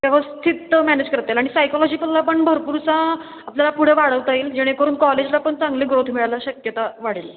व्यवस्थित मॅनेज करतील आणि सायकोलॉजिकलला पण भरपूरसा आपल्याला पुढे वाढवता येईल जेणेकरून कॉलेजला पण चांगली ग्रोथ मिळायला शक्यता वाढेल